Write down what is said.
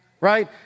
right